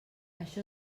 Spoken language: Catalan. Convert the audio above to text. això